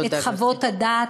את חוות הדעת,